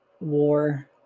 war